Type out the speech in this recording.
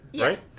right